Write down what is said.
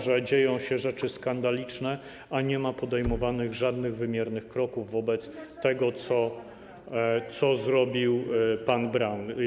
że dzieją się rzeczy skandaliczne, a nie ma podejmowanych żadnych wymiernych kroków wobec tego co zrobił pan Braun.